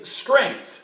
strength